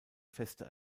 feste